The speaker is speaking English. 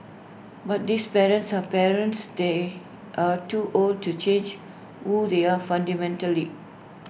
but this parents are parents they are too old to change who they are fundamentally